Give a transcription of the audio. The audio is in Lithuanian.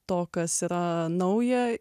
to kas yra nauja